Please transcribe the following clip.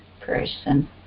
person